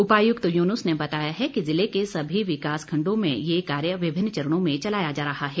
उपायुक्त युनूस ने बताया है कि जिले के सभी विकास खंडों में ये कार्य विभिन्न चरणों में चलाया जा रहा है